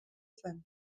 zen